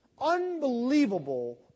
Unbelievable